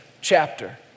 chapter